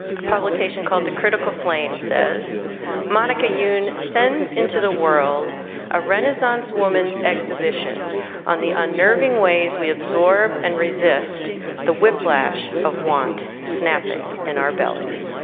a publication called the critical fame says monica youn sends into the world a renaissance woman's exhibition on the unnerving ways we absorb and resist the whiplash of want snapping in our bellies.